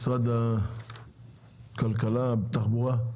משרד התחבורה כאן?